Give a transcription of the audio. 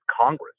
Congress